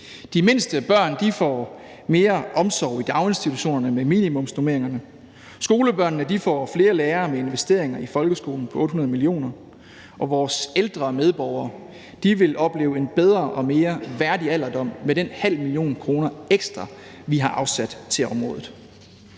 de mindste børn får mere omsorg i daginstitutionerne med minimumsnormeringer; skolebørnene får flere lærere med investeringer i folkeskolen på 800 mio. kr.; og vores ældre medborgere vil opleve en bedre og mere værdig alderdom med de ekstra 0,5 mio. kr., vi har afsat til området.